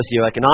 socioeconomic